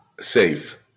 Safe